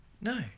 no